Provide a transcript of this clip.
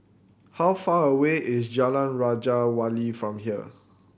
how far away is Jalan Raja Wali from here